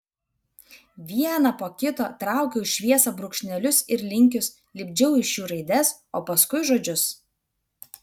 vieną po kito traukiau į šviesą brūkšnelius ir linkius lipdžiau iš jų raides o paskui žodžius